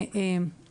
קיבלתי